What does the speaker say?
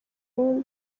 burundi